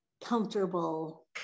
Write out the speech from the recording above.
comfortable